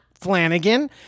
Flanagan